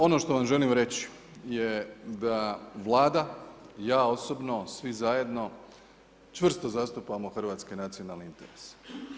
Ono što vam želim reći je da Vlada, ja osobno, svi zajedno, čvrsto zastupamo hrvatske nacionalne interese.